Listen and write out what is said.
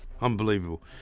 Unbelievable